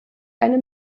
eine